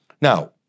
Now